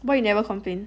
why you never complain